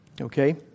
Okay